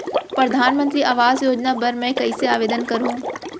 परधानमंतरी आवास योजना बर मैं कइसे आवेदन करहूँ?